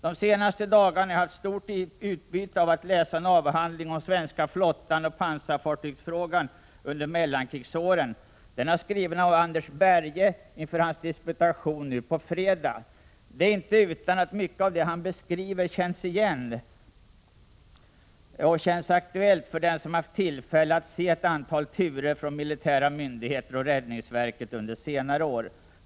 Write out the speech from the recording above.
De senaste dagarna har jag haft stort utbyte av att läsa en avhandling om svenska flottan och pansarfartygsfrågan under mellankrigsåren. Den är skriven av Anders Berge inför hans disputation nu på fredag. Det är inte utan att mycket av det han beskriver känns aktuellt för den som haft tillfälle att se ett antal turer från militära myndigheter och från räddningsverket under senare år.